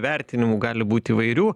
vertinimų gali būt įvairių